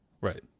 right